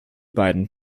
beiden